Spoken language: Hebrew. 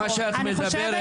אני בדקתי אחד-אחד.